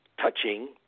touching